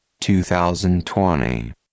2020